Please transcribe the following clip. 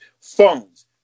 phones